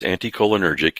anticholinergic